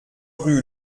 rue